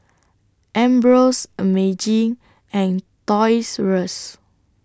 Ambros Meiji and Toys R US